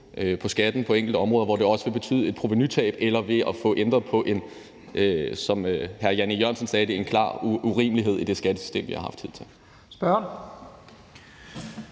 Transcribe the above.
på skatten på enkelte områder, hvor det også vil betyde et provenutab, eller ved at få ændret på, som hr. Jan E. Jørgensen sagde det, en klar urimelighed i det skattesystem, vi har haft hidtil. Kl.